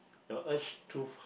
your urge to